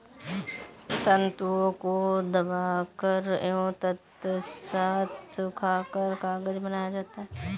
तन्तुओं को दबाकर एवं तत्पश्चात सुखाकर कागज बनाया जाता है